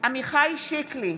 עמיחי שיקלי,